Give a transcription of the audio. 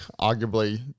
arguably